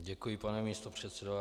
Děkuji, pane místopředsedo.